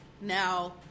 Now